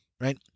right